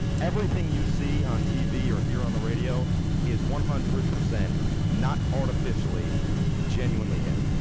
everything you see on tv or hear on the radio is one hundred percent not artificially genuinely him.